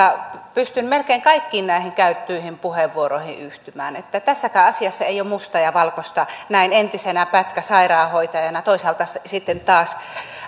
pystyn melkein kaikkiin näihin käytettyihin puheenvuoroihin yhtymään tässäkään asiassa ei ole mustaa ja valkoista näin entisenä pätkäsairaanhoitajana toisaalta sitten taas